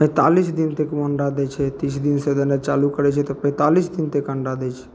पैँतालिस दिन तक ओ अण्डा दै छै तीस दिनसे देनाइ चालू करै छै तऽ पैँतालिस दिन तक अण्डा दै छै